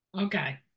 Okay